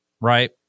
right